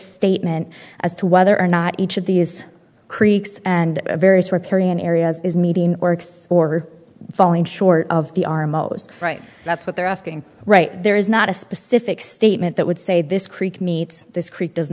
statement as to whether or not each of these creeks and various riparian areas is meeting works or falling short of the are most right that's what they're asking right there is not a specific statement that would say this creek meets this creek does